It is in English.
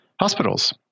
hospitals